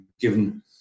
given